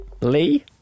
Lee